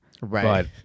Right